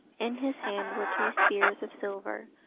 in his hand were two spears of silver,